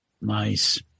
Nice